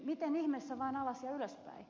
miten ihmeessä vain alas ja ylöspäin